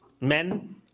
Men